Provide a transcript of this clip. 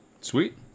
Sweet